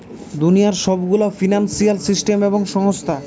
দুনিয়ার সব গুলা ফিন্সিয়াল সিস্টেম এবং সংস্থা